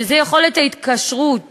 שזה יכולת ההתקשרות